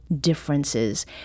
differences